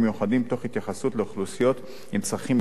תוך התייחסות לאוכלוסיות עם צרכים מיוחדים,